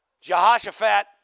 Jehoshaphat